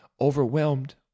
overwhelmed